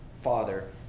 father